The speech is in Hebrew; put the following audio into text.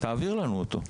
תעביר אותו אליי.